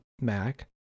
Mac